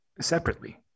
separately